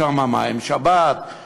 שבאופן סלקטיבי מגנה רק את מדינת ישראל,